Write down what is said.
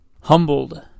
Humbled